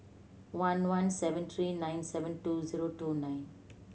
one one seven three nine seven two zero two nine